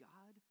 God